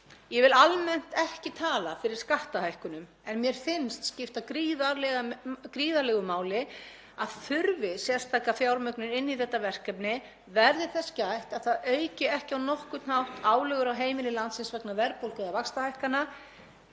Ég vil almennt ekki tala fyrir skattahækkunum en mér finnst skipta gríðarlegu máli að þurfi sérstaka fjármögnun inn í þetta verkefni verði þess gætt að það auki ekki á nokkurn hátt álögur á heimili landsins vegna verðbólgu og vaxtahækkana.